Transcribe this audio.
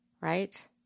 right